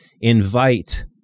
invite